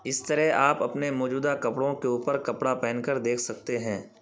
اس طرح آپ اپنے موجودہ کپڑوں کے اوپر کپڑا پہن کر دیکھ سکتے ہیں